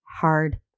hard